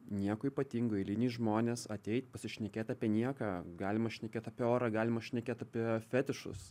nieko ypatingo eiliniai žmonės ateit pasišnekėti apie nieką galima šnekėt apie orą galima šnekėt apie fetišus